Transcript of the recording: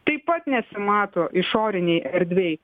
taip pat nesimato išorinėj erdvėj